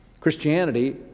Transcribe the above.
christianity